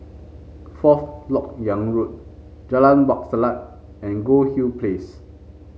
Fourth LoK Yang Road Jalan Wak Selat and Goldhill Place